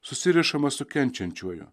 susirišama su kenčiančiuoju